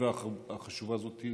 ובישיבה החשובה הזאת.